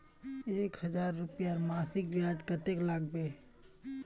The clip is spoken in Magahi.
एक हजार रूपयार मासिक ब्याज कतेक लागबे?